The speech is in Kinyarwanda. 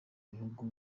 bihugu